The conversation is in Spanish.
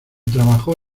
trabajó